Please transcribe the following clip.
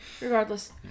regardless